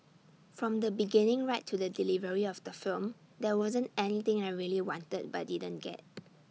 from the beginning right to the delivery of the film there wasn't anything I really wanted but didn't get